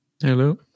Hello